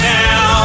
now